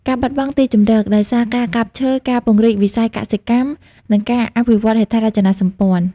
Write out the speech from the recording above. ការបាត់បង់ទីជម្រក ដោយសារការកាប់ឈើ ការពង្រីកវិស័យកសិកម្ម និងការអភិវឌ្ឍហេដ្ឋារចនាសម្ព័ន្ធ។